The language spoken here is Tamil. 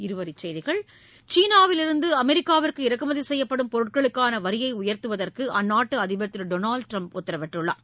இருவரிச்செய்திகள் சீனாவிலிருந்து அமெரிக்காவுக்கு இறக்குமதி செய்யப்படும் பொருட்களுக்கான வரியை உயர்த்துவதற்கு அந்நாட்டு அதிபர் திரு டொனால்ட் ட்ரம்ப் உத்தரவிட்டுள்ளார்